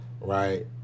right